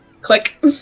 Click